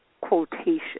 quotation